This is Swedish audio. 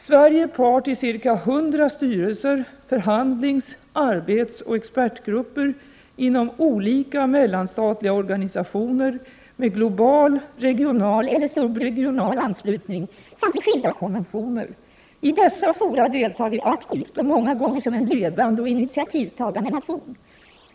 Sverige är part i ca 100 styrelser, förhandlings-, arbetsoch expertgrupper inom olika mellanstatliga organisationer med global, regional eller subregional anslutning samt i skilda konventioner. I dessa fora deltar vi aktivt och många gånger som en ledande och initiativtagande nation.